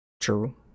True